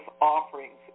offerings